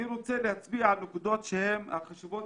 אני רוצה להצביע על נקודות שהן החשובות